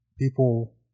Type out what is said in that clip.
people